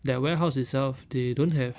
that warehouse itself they don't have